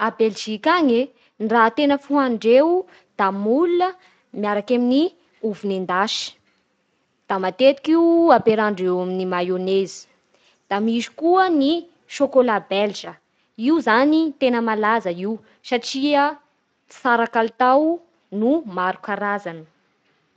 A Belzika agny e, ny raha tena fohanindreo da moule miaraky amin'ny ovy nendasy, da matetiky io ampiarahandreo amin'ny maiônezy. Da misy koa ny sôkôla belge, io zany tena malaza io satria tsara kalitao no maro karazana.